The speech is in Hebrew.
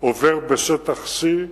עובר בשטח C,